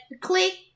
click